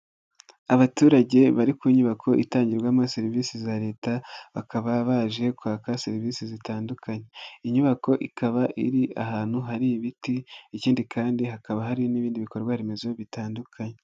Abaturage bari ku nyubako itangirwamo serivisi za Leta, bakaba baje kwaka serivisi zitandukanye, inyubako ikaba iri ahantu hari ibiti, ikindi kandi hakaba hari n'ibindi bikorwaremezo bitandukanye.